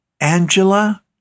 Angela